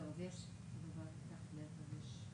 אני מעלה דברים שהם